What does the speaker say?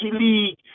league